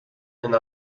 and